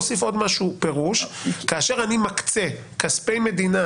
ופירוש הדבר שכאשר אני מקצה כספי מדינה